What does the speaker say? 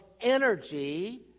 energy